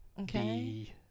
Okay